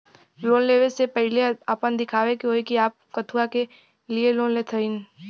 Loan ले वे से पहिले आपन दिखावे के होई कि आप कथुआ के लिए लोन लेत हईन?